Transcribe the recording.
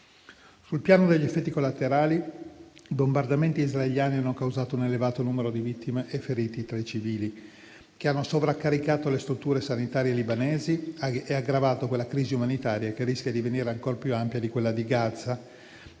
Sul piano degli effetti collaterali, i bombardamenti israeliani hanno causato un elevato numero di vittime e feriti tra i civili, che hanno sovraccaricato le strutture sanitarie libanesi e aggravato quella crisi umanitaria che rischia di divenire ancor più ampia di quella di Gaza,